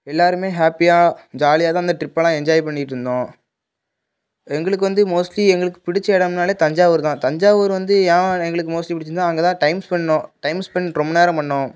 எல்லோருமே ஹாப்பியாக ஜாலியாக தான் அந்த ட்ரிப்புலாம் என்ஜாய் பண்ணிட்டு இருந்தோம் எங்களுக்கு வந்து மோஸ்ட்லி எங்களுக்கு பிடிச்ச இடம்னாலே தஞ்சாவூர் தான் தஞ்சாவூர் வந்து ஏன் எங்களுக்கு மோஸ்ட்லி பிடிச்சிருந்தா அங்கே தான் டைம் டைம் ஸ்பென்ட் ரொம்ப நேரம் பண்ணோம்